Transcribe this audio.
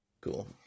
Cool